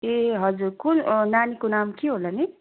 ए हजुर कुन नानीको नाम के होला नि